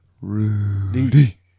rudy